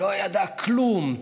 לא ידעה כלום.